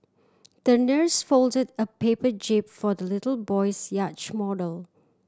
the nurse folded a paper jib for the little boy's yacht model